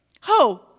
Ho